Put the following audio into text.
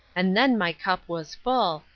and then my cup was full,